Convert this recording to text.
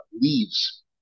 leaves